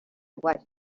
what